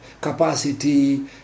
capacity